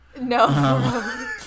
No